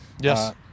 Yes